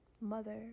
mother